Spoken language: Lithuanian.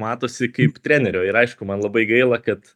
matosi kaip trenerio ir aišku man labai gaila kad